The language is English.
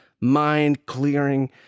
mind-clearing